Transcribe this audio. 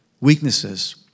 weaknesses